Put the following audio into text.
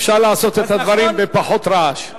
אפשר לעשות את הדברים בפחות רעש.